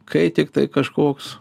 kai tiktai kažkoks